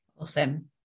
Awesome